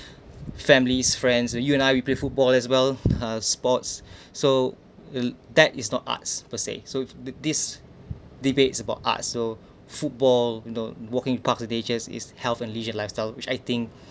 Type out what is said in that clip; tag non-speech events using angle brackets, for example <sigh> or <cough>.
<breath> families friends or you and I we play football as well uh sports <breath> so uh that is not arts per se so this this debates about arts so football you know walking park of nature's is health and leisure lifestyle which I think